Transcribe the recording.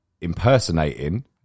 impersonating